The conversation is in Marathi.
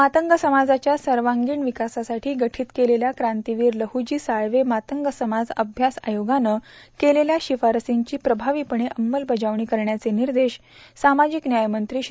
मातंग समाजाच्या सर्वांगिण विकासासाठी गठीत केलेल्या क्रांतीवीर लह्वजी साळ्वे मातंग समाज अभ्यास आयोगानं केलेल्या शिफारशींची प्रभावीपणे अंमलबजावणी करण्याचे निर्देश सामाजिक न्याय मंत्री श्री